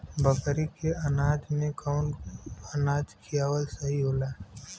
बकरी के अनाज में कवन अनाज खियावल सही होला?